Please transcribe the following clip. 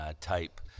type